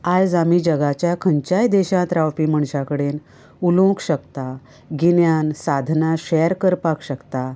आयज आमी जगाच्या खंयच्याय देशांत रावपी मनशा कडेन उलोवंक शकता गिन्यान साधना शेर करपाक शकता